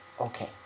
Okay